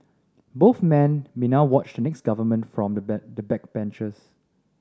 both men may now watch the next government from the bank the backbenches